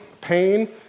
pain